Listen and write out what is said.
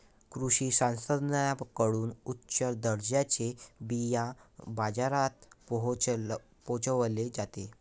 कृषी शास्त्रज्ञांकडून उच्च दर्जाचे बिया बाजारात पोहोचवले जाते